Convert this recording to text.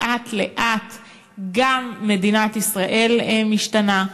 לאט-לאט גם מדינת ישראל משתנה.